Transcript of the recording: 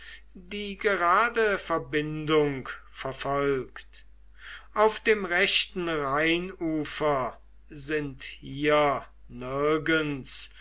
die gerade verbindung verfolgt auf dem rechten rheinufer sind hier nirgends